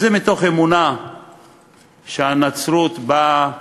וזה מתוך אמונה שהנצרות באה